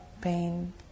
pain